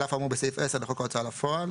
אף האמור בסעיף 10 לחוק ההוצאה לפועל,